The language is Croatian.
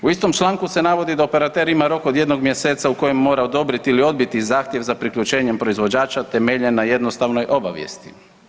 U istom članku se navodi da operater ima rok od jednog mjeseca u kojem mora odobriti ili odbiti zahtjev za priključenjem proizvođača temeljen na jednostavnoj obavijesti.